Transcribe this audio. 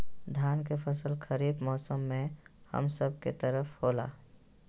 धान के फसल खरीफ मौसम में हम सब के तरफ होला